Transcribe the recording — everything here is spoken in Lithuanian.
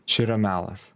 čia yra melas